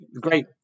Great